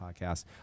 podcast